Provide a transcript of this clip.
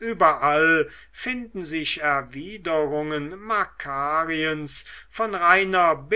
überall finden sich erwiderungen makariens von reiner